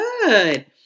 Good